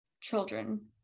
Children